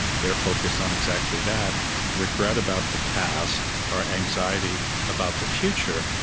they're focused on exactly that regret about the past or anxiety about the future.